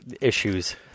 issues